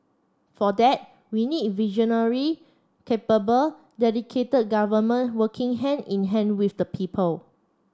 for that we need visionary capable dedicated government working hand in hand with the people